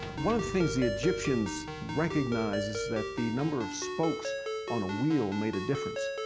one of the things the egyptians recognize is that the number of spokes on a wheel made a difference.